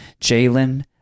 Jalen